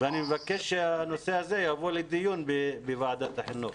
אני מבקש שהנושא הזה יבוא לדיון בוועדת החינוך.